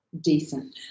decent